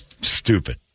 Stupid